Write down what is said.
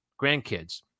grandkids